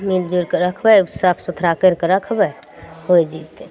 मिलजुलि कऽ रखबै साफ सुथड़ा कैर कऽ रखबै होइ जितै